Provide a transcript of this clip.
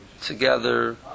together